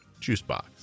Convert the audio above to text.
juicebox